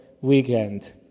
weekend